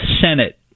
Senate